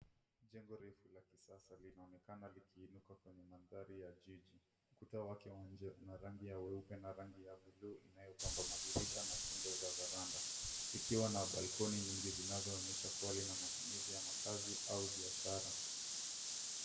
Jengo refu la kisasa linaonekana likiinuka kwenye mandhari ya jiji. Ukuta wake wa nje una rangi weupe na rangi ya bluu inayo pakwa madirisha na kingo za[cs ] varanda [cs ] likiwa na [cs ] balkoni [cs ] nyingi linaloonyesha lina matumizi ya makazi au biashara.